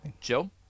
Joe